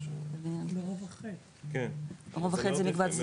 רובע ח' זה מקבץ דיור.